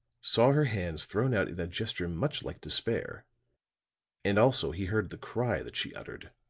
saw her hands thrown out in a gesture much like despair and also he heard the cry that she uttered,